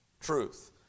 truth